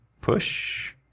Push